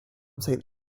saint